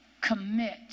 Commit